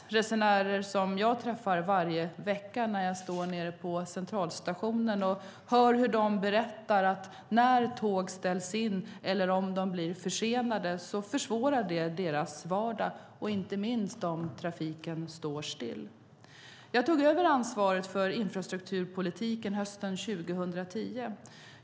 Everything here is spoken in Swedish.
Det är resenärer som jag träffar varje vecka när jag står på Centralstationen, och jag hör dem berätta hur inställda och försenade tåg försvårar deras vardag. Det gäller inte minst om trafiken står still. Jag tog över ansvaret för infrastrukturpolitiken hösten 2010.